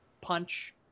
punch